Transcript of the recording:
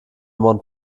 mont